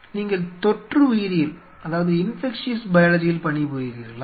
நீங்கள் தொற்று உயிரியலில் பணிபுரிகிறீர்களா